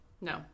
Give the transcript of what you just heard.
No